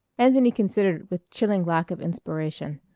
anthony considered with chilling lack of inspiration.